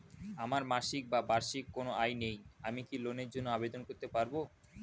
আমার মাসিক বা বার্ষিক কোন আয় নেই আমি কি লোনের জন্য আবেদন করতে পারব?